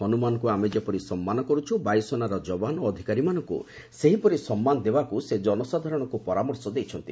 ହନୁମାନଙ୍କୁ ଆମେ ଯେପରି ସମ୍ମାନ କରୁଛୁ ବାୟୁସେନାର ଯବାନ ଓ ଅଧିକାରୀମାନଙ୍କୁ ସେହିପରି ସମ୍ମାନ ଦେବାକୁ ସେ ଜନସାଧାରଣଙ୍କୁ ପରାମର୍ଶ ଦେଇଛନ୍ତି